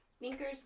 thinkers